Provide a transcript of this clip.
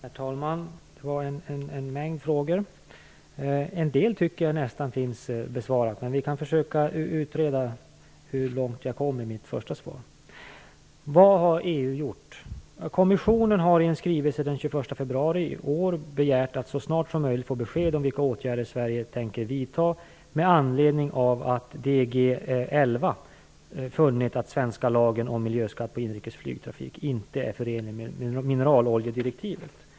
Herr talman! Det var en mängd frågor. En del av dem tycker jag nog är besvarade, men vi kan väl försöka utreda hur långt jag inledningsvis kom i mitt svar. Vad har EU gjort? Ja, kommissionen har i en skrivelse den 21 februari i år begärt att så snart som möjligt få besked om vilka åtgärder Sverige tänker vidta med anledning av att DG XXI funnit att den svenska lagen om miljöskatt på inrikes flygtrafik inte är förenlig med mineraloljedirektivet.